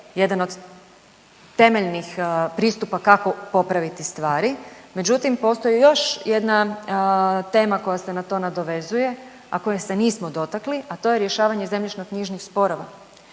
jedan od temeljnim pristupa kako popraviti stvari, međutim, postoji još jedna tema koja se na to nadovezuje, a koje se nismo dotakli, a to je rješavanje zemljišno-knjižnih sporova.